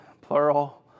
plural